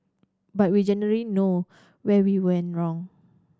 but we generally know where we went wrong